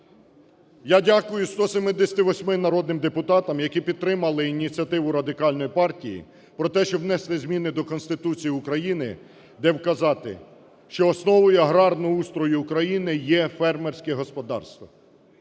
Я дякую 178 народним депутатам, які підтримали ініціативу Радикальної партії про те, щоб внести зміни до Конституції України, де вказати, що основою аграрного устрою України є фермерські господарства.